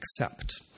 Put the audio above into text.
accept